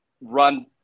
run